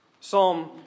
Psalm